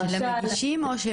של המגישים או של